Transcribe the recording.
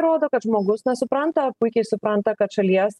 rodo kad žmogus na supranta puikiai supranta kad šalies